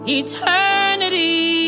eternity